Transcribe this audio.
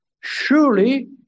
Surely